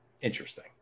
interesting